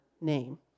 name